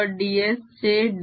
ds चे ddt